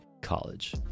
college